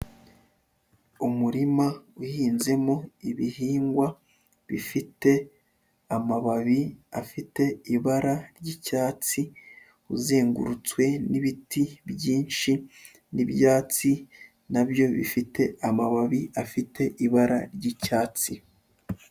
Umurima uhinzemo ibihingwa bifite amababi afite ibara ry'icyatsi, uzengurutswe n'ibiti byinshi n'ibyatsi na byo bifite amababi afite ibara ry'icyatsi.